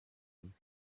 him